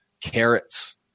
carrots